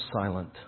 silent